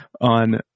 on